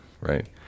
Right